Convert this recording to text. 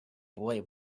boy